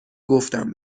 گفتم